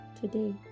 today